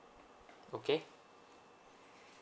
okay